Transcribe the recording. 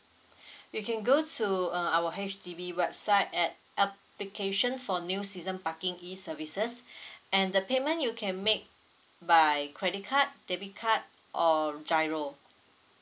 you can go to uh our H_D_B website at application for new season parking e services and the payment you can make by credit card debit card or GIRO